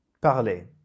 Parler